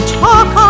talk